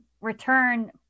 return